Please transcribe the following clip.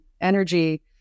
energy